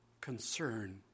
concern